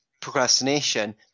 procrastination